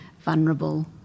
vulnerable